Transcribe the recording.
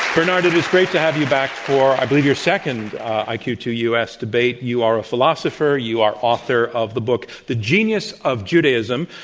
bernard, it is great to have you back for, i believe, your second i q two u s debate. you are a philosopher, you are author of the book the genius of judaism,